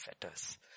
fetters